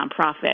nonprofit